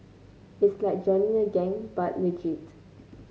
it's like joining a gang but legit